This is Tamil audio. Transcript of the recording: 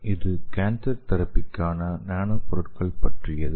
இது கேன்சர் தெரபிக்கான நானோ பொருட்கள் பற்றியது